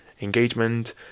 engagement